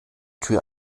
tür